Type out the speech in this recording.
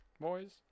boys